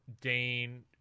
Dane